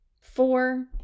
Four